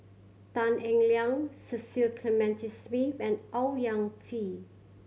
Tan Eng Liang Cecil Clementi Smith and Owyang Chi